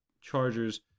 Chargers